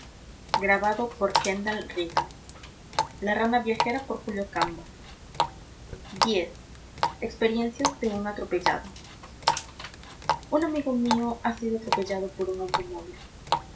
experiencias de un atropellado un amigo mío ha sido atropellado por un